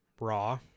Raw